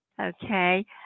Okay